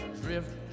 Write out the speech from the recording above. drift